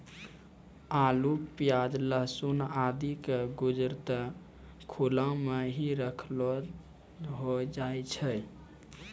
आलू, प्याज, लहसून आदि के गजूर त खुला मॅ हीं रखलो रखलो होय जाय छै